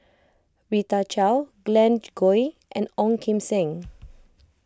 Rita Chao Glen Goei and Ong Kim Seng